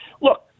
Look